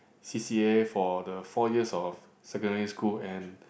C_C_A for the four years of secondary school and